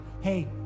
hey